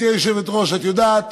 גברתי היושבת-ראש, את יודעת